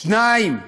שניים: